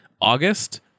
August